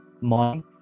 Morning